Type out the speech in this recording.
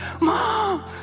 Mom